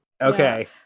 Okay